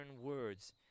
words